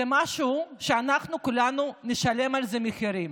זה משהו שאנחנו כולנו נשלם עליו מחירים,